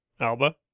Alba